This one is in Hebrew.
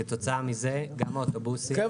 כתוצאה מזה, גם האוטובוסים, וגם